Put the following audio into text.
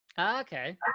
okay